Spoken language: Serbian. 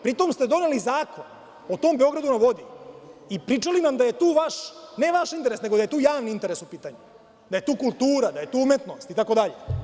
Pri tom ste doneli zakon o tom „Beogradu na vodi“ i pričali da je tu ne vaš interes nego javni interes u pitanju, da je tu kultura, da je tu umetnost itd.